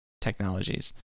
technologies